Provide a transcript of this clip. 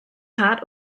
heart